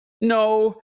no